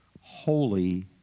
holy